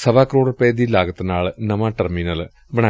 ਸਵਾ ਕਰੋੜ ਰੁਪਏ ਦੀ ਲਾਗਤ ਨਾਲ ਨਵਾਂ ਟਰਮੀਨਲ ਬਣੇਗਾ